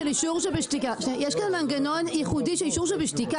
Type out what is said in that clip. יש כאן מנגנון של אישור שבשתיקה.